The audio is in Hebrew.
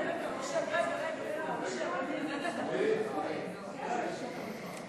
להעביר את הצעת חוק שעות עבודה ומנוחה (תיקון מס' 15)